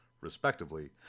respectively